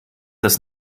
das